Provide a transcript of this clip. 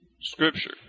scripture